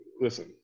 Listen